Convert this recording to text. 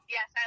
Yes